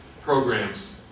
programs